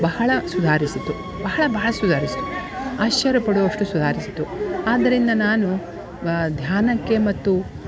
ಬಹಳ ಸುಧಾರಿಸಿತು ಬಹಳ ಬಹಳ ಸುಧಾರಿಸ್ತು ಆಶ್ಚರ್ಯ ಪಡುವಷ್ಟು ಸುಧಾರಿಸಿತು ಆದ್ದರಿಂದ ನಾನು ವಾ ಧ್ಯಾನಕ್ಕೆ ಮತ್ತು